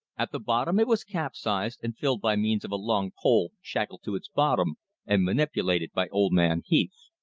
at the bottom it was capsized and filled by means of a long pole shackled to its bottom and manipulated by old man heath.